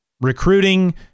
recruiting